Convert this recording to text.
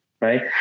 Right